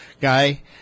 guy